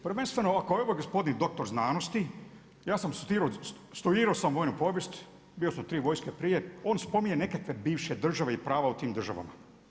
Prvenstveno ako evo gospodin doktor znanosti, ja sam studirao vojnu povijest, bio sam tri vojske prije, on spominje neke te bivše države i prav u tim državama.